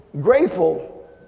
grateful